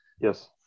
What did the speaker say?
Yes